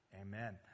Amen